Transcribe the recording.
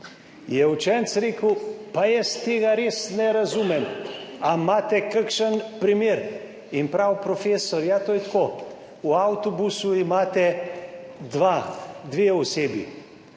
je učenec rekel, »pa jaz tega res ne razumem, ali imate kakšen primer«, in pravi profesor, »ja, to je tako, v avtobusu imate dve osebi,